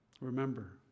Remember